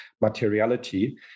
materiality